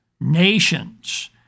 nations